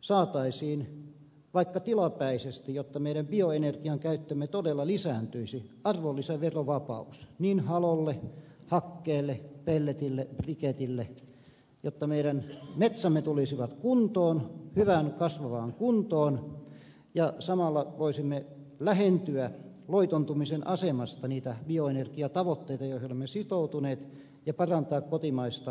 saataisiin vaikka tilapäisesti jotta meidän bioenergian käyttömme todella lisääntyisi arvonlisäverovapaus niin halolle hakkeelle pelletille kuin briketille jotta meidän metsämme tulisivat kuntoon hyvään kasvavaan kuntoon ja samalla voisimme lähentyä loitontumisen asemesta niitä bioenergiatavoitteita joihin olemme sitoutuneet ja parantaa kotimaista energiaomavaraisuuttamme